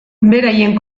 beraien